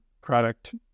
product